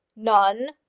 none?